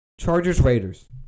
Chargers-Raiders